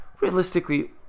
Realistically